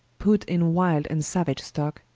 put in wilde and sauage stock,